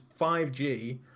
5G